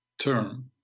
term